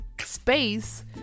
space